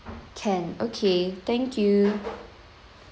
can okay thank you